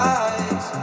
eyes